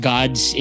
God's